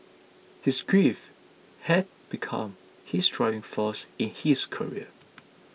his grief had become his driving force in his career